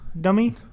dummy